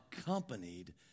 accompanied